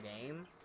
game